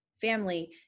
family